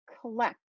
collect